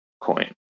coin